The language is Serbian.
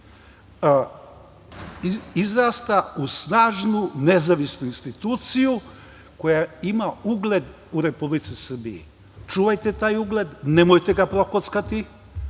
izrasta u snažnu nezavisnu instituciju koja ima ugled u Republici Srbiji. Čuvajte taj ugled, nemojte ga prokockati,